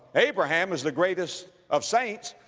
abraham as the greatest of saints,